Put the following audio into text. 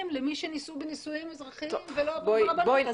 למי שנישאו בנישואים אזרחיים ולא ברבנות.